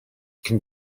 can